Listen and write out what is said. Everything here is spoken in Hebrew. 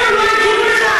איך הם לא הגיבו?